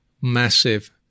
massive